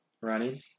Running